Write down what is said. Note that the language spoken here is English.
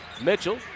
Mitchell